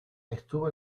estuvo